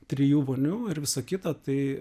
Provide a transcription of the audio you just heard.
trijų vonių ir visa kita tai